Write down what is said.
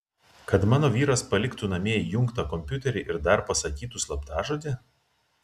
kad mano vyras paliktų namie įjungtą kompiuterį ir dar pasakytų slaptažodį